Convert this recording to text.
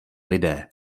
lidé